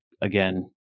again